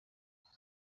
fust